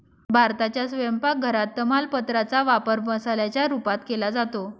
भारताच्या स्वयंपाक घरात तमालपत्रा चा वापर मसाल्याच्या रूपात केला जातो